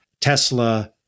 Tesla